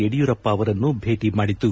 ಯಡಿಯೂರಪ್ಪ ಅವರನ್ನು ಭೇಟಿ ಮಾಡಿತು